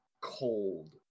cold